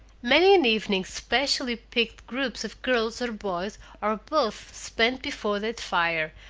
many an evening specially picked groups of girls or boys or both spent before that fire,